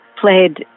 Played